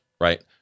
right